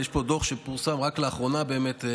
יש פה דוח שפורסם רק לאחרונה באמת,